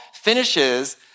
finishes